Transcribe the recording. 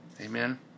Amen